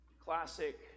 classic